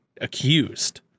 accused